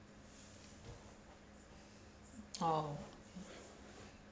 orh